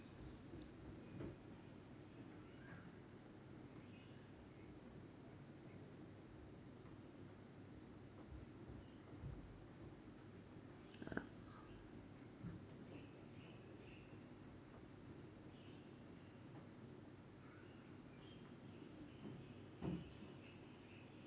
uh oh